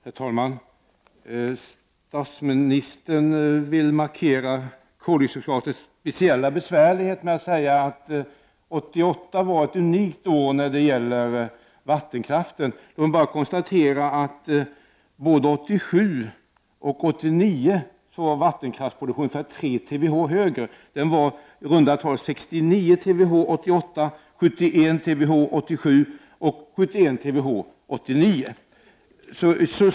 Herr talman! Statsministern vill markera koldioxidtakets speciella besvärlighet genom att säga att 1988 var ett unikt år när det gäller vattenkraften. Låt mig bara konstatera att vattenkraftsproduktionen både 1987 och 1989 var ungefär 3 TWh högre. Den var i runda tal 69 TWh 1988, 71 TWh 1987 och 71 TWh 1989.